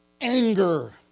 Anger